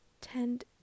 tend